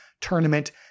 Tournament